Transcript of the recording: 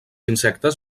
insectes